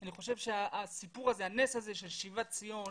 אני חושב שהסיפור הזה, הנס הזה של שיבת ציון